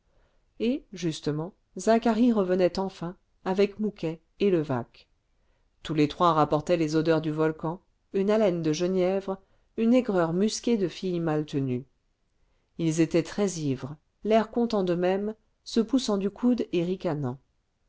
et justement zacharie revenait enfin avec mouquet et levaque tous les trois rapportaient les odeurs du volcan une haleine de genièvre une aigreur musquée de filles mal tenues ils étaient très ivres l'air content d'eux-mêmes se poussant du coude et